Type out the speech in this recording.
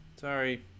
Sorry